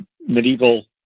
medieval